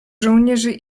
żołnierzy